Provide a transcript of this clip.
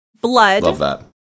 blood